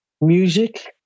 Music